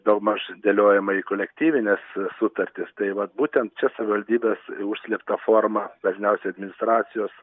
daugmaž dėliojama į kolektyvines sutartis tai vat būtent čia savivaldybės užslėpta forma dažniausiai administracijos